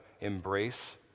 embrace